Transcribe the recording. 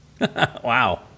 Wow